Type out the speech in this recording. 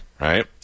right